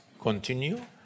continue